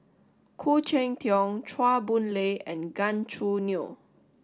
Khoo Cheng Tiong Chua Boon Lay and Gan Choo Neo